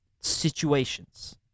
situations